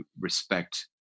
respect